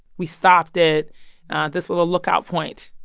we stopped at this little lookout point,